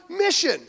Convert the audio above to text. mission